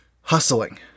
hustling